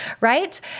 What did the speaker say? right